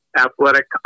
athletic